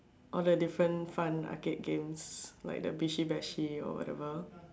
all the different fun arcade games like the Bishi-Bashi or whatever